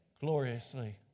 gloriously